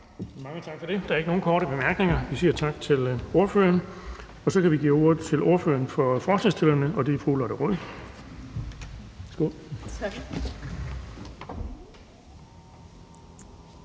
Bonnesen): Der er ikke nogen korte bemærkninger, og vi siger tak til ordføreren. Så kan vi give ordet til ordføreren for forslagsstillerne, og det er fru Lotte Rod.